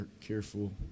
careful